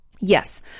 Yes